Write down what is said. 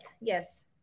yes